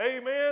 Amen